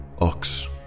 Ox